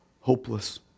hopeless